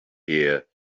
here